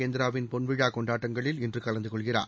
கேந்திராவின் பொன்விழா கொண்டாட்டங்களில் இன்று கலந்து கொள்கிறார்